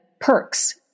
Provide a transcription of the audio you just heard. perks